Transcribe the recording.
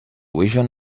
vision